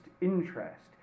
interest